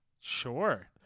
Sure